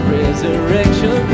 resurrection